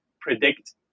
predict